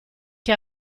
che